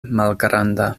malgranda